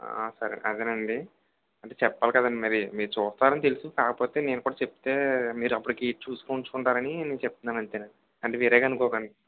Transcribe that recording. సరే అదేనండి అంటే చెప్పాలి కదండి మరి మీరు చూస్తారని తెలుసు కాకపోతే నేను కూడ చెప్తే మీరు అప్పుడికి చూసుకుని ఉంచుకుంటారని చెప్తునాను అంతేనండి అంటే వేరేగా అనుకోకండి